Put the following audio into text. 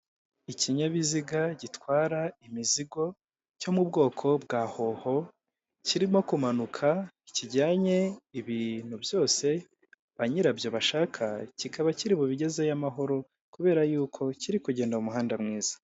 Ikinyabiziga gitwara imizigo cyo mu bwoko bwa hoho, kirimo kumanuka kijyanye ibintu byose banyirabyo bashaka, kikaba kiri bubigezeyo amahoro, kubera y'uko kiri kugenda muhanda mwiza.